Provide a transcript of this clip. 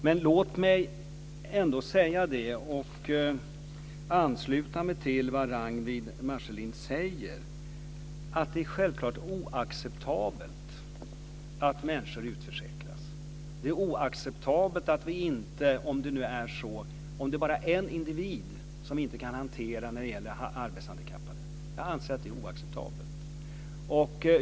Men låt mig ändå ansluta mig till det som Ragnwi Marcelind säger, att det är självfallet oacceptabelt att människor utförsäkras. Om det bara är en enda arbetshandikappad individ som vi inte kan hantera är det oacceptabelt.